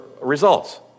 results